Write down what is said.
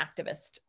activist